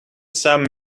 sum